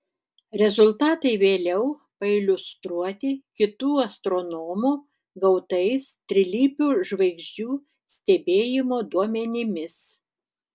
rezultatai vėliau pailiustruoti kitų astronomų gautais trilypių žvaigždžių stebėjimo duomenimis